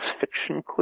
fiction